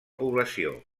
població